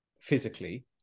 physically